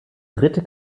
dritte